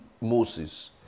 Moses